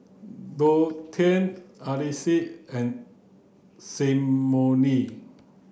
Dontae Alease and Symone